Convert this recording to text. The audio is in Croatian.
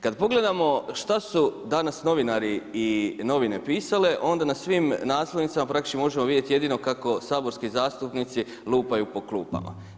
Kad pogledamo šta su danas novinari i novine pisale, onda na svim naslovnicama praktički možemo vidjeti jedino kako saborski zastupnici lupaju po klupama.